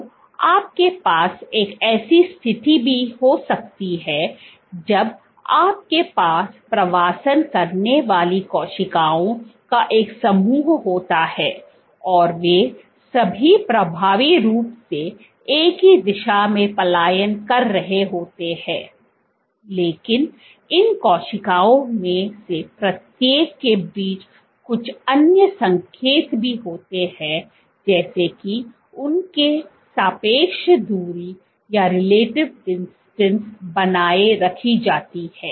तो आपके पास एक ऐसी स्थिति भी हो सकती है जब आपके पास प्रवास करने वाली कोशिकाओं का एक समूह होता है और वे सभी प्रभावी रूप से एक ही दिशा में पलायन कर रहे होते हैं लेकिन इन कोशिकाओं में से प्रत्येक के बीच कुछ अन्य संकेत भी होते हैं जैसे कि उनकी सापेक्ष दूरी बनाए रखी जाती है